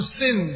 sin